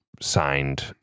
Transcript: signed